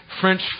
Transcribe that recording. French